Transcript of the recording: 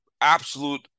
absolute